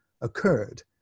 occurred